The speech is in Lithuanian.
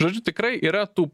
žodžiu tikrai yra tų